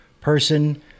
person